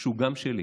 שהוא גם שלי.